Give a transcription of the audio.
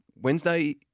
Wednesday